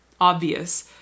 obvious